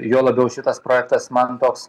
juo labiau šitas projektas man toks